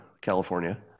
California